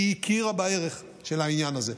כי היא הכירה בערך של העניין הזה.